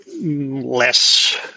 less